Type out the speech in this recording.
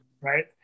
Right